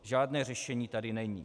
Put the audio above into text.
Žádné řešení tady není.